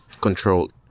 control